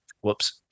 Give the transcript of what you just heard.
Whoops